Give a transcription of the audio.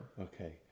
Okay